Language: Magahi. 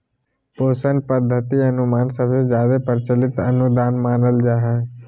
पोषण पद्धति अनुमान सबसे जादे प्रचलित अनुदान मानल जा हय